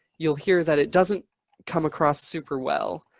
you'll hear that it doesn't come across super well.